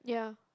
yeah